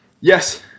yes